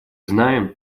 знаем